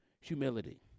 humility